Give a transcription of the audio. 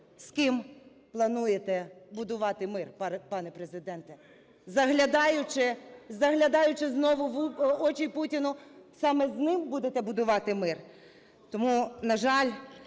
З ким плануєте будувати мир, пане Президенте? Заглядаючи... Заглядаючи знову в очі Путіну, саме з ним будете будувати мир? Тому, на жаль,